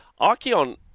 archeon